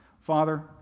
Father